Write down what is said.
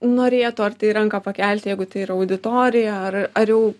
norėtų ar tai ranką pakelti jeigu tai yra auditorija ar ar jau